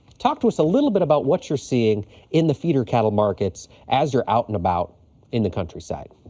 talk to us a little bit about what you're seeing in the feeder cattle markets as you're out and about in the countryside.